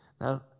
Now